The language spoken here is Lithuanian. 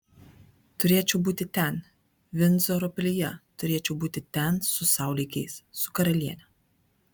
turėčiau būti ten vindzoro pilyje turėčiau būti ten su sau lygiais su karaliene